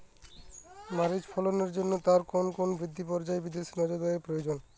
মরিচ ফলনের জন্য তার কোন কোন বৃদ্ধি পর্যায়ে বিশেষ নজরদারি প্রয়োজন?